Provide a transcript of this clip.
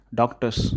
doctors